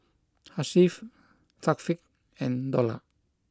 Hasif Thaqif and Dollah